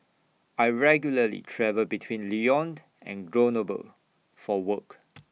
I regularly travel between Lyon and Grenoble for work